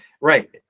Right